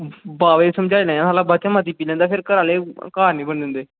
बावे ई समझाई लैआं ओह् मती पीऽ लैंदा फिद बाद च घरें आह्लें घर निं बड़न दिंदे